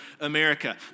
America